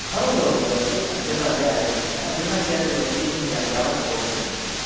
ಹೌದೌದು ಅದಕ್ಕೆ ಕನ್ಸಿಡ್ರ್ ಅದೇ ಆಗುತ್ತೆ ಅದನ್ನು ಕೇಳ್ತಿರೋದು ರೀ ನೀವು ಯಾವತ್ತು ಹೋಗ್ಬೇಕಂತ ಹೇಳಿ